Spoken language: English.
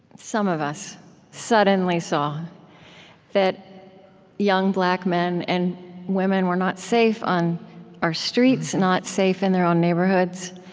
some of us suddenly saw that young black men and women were not safe on our streets, not safe in their own neighborhoods.